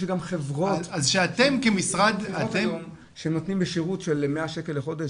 יש גם חברות שנותנים בשירות של 100 שקל לחודש